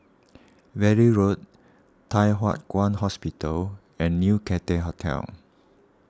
Valley Road Thye Hua Kwan Hospital and New Cathay Hotel